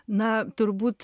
na turbūt